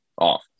off